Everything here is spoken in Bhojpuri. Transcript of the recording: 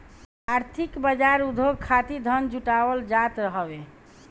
आर्थिक बाजार उद्योग खातिर धन जुटावल जात हवे